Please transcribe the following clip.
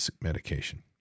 medication